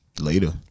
later